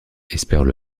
espèrent